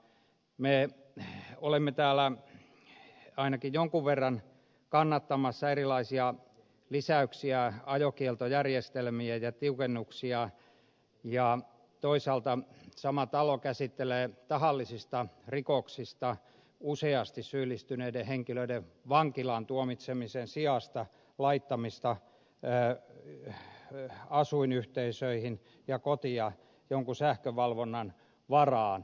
me olemme täällä ainakin jonkun verran kannattamassa erilaisia lisäyksiä ajokieltojärjestelmiä ja tiukennuksia ja toisaalta sama talo käsittelee tahalliseen rikokseen useasti syyllistyneiden henkilöiden vankilaan tuomitsemisen sijasta laittamista asuinyhteisöihin ja kotiin jonkun sähkövalvonnan varaan